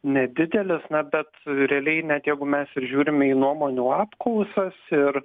nedidelis na bet realiai net jeigu mes ir žiūrime į nuomonių apklausas ir